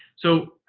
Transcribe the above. so,